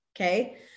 okay